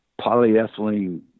polyethylene